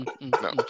no